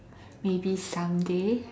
maybe someday